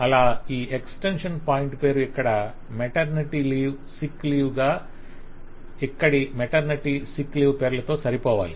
అలా ఈ extension point పేరు ఇక్కడ maternity leave sick leave maternity leave sick leave గా ఇక్కడి మెటర్నిటీ సిక్ లీవ్ పేర్లతో సరిపోవాలి